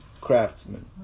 craftsman